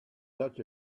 such